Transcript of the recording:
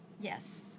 Yes